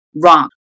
wrong